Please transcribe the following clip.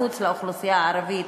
מחוץ לאוכלוסייה הערבית,